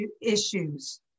issues